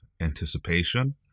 anticipation